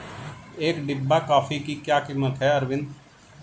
एक डिब्बा कॉफी की क्या कीमत है अरविंद?